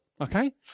okay